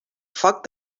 foc